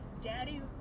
daddy